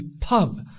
pub